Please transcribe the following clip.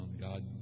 God